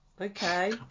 Okay